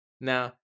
Now